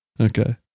Okay